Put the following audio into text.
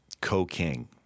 co-king